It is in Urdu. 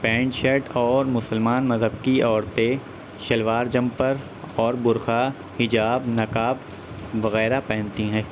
پینٹ شرٹ اور مسلمان مذہب کی عورتیں شلوار جمپر اور برقع حجاب نقاب وغیرہ پہنتی ہیں